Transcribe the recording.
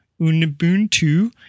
Ubuntu